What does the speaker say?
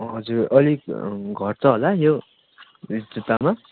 हजुर अलिक घट्छ होला यो मेन्स जुत्ताको